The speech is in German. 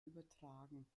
übertragen